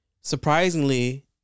Surprisingly